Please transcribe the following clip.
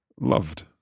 loved